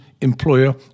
employer